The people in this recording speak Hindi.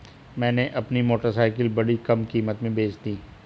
मैंने अपनी मोटरसाइकिल बड़ी कम कीमत में बेंच दी